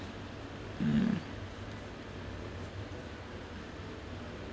mm